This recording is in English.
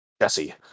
Jesse